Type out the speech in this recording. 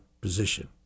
position